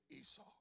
Esau